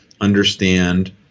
understand